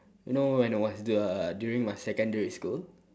you know when was the during my secondary school